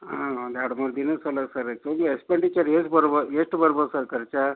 ಹಾಂ ಒಂದು ಎರಡು ಮೂರು ದಿನದ ಸಲ್ವಾಗ್ ಸರ್ ಅದ್ಕಾಗಿ ಎಕ್ಸ್ಪೆಂಡೀಚರ್ ಎಷ್ಟು ಬರ್ಬೋದು ಎಷ್ಟು ಬರ್ಬೋದು ಸರ್ ಖರ್ಚು